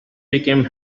became